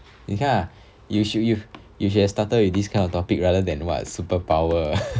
你看 you should you should have started with this kind of topic rather than what superpower